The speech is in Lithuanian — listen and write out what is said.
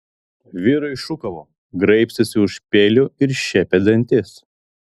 vyrai šūkavo graibstėsi už peilių ir šiepė dantis